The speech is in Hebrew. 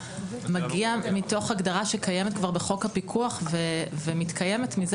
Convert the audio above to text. מגיעה מתוך הגדרה שכבר קיימת בחוק הפיקוח ומתקיימת מזה